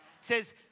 says